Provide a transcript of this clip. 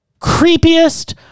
creepiest